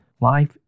life